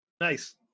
Nice